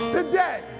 Today